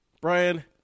Brian